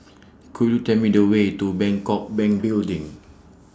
Could YOU Tell Me The Way to Bangkok Bank Building